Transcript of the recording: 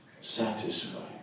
satisfy